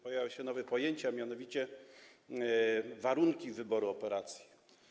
pojawia się nowe pojęcie, a mianowicie warunki wyboru operacji.